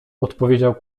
odpowiedział